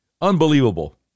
Unbelievable